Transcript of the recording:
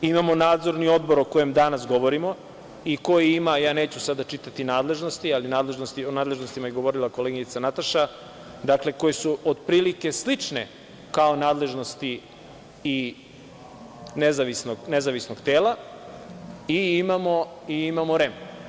Imamo Nadzorni odbor, o kojem danas govorimo i koji ima, ja neću sada čitati nadležnosti, o nadležnostima je govorila koleginica Nataša, dakle, koje su otprilike slične kao nadležnosti i nezavisnog tela, i imamo REM.